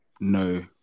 no